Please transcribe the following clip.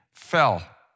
fell